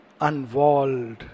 unwalled